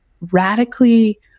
radically